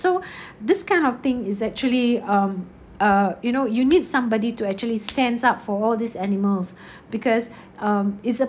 so this kind of thing is actually um uh you know you need somebody to actually stands up for all these animals because um it's a